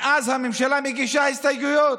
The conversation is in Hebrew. ואז הממשלה מגישה הסתייגויות.